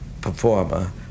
performer